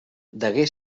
degué